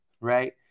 right